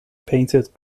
painted